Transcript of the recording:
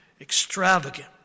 extravagant